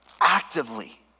Actively